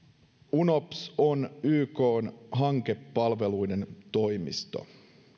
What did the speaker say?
unops on ykn hankepalveluiden toimisto